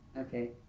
Okay